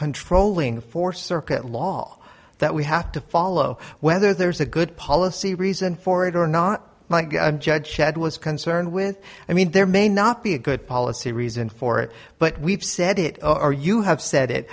controlling for circuit law that we have to follow whether there's a good policy reason for it or not might be judge shed was concerned with i mean there may not be a good policy reason for it but we've said it or you have said it